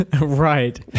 Right